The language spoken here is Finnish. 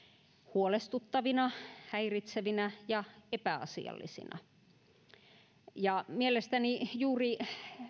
huolestuttavina häiritsevinä ja epäasiallisina mielestäni juuri